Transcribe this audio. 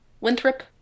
winthrop